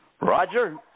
Roger